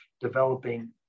developing